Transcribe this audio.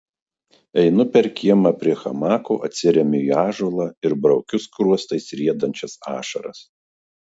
einu per kiemą prie hamako atsiremiu į ąžuolą ir braukiu skruostais riedančias ašaras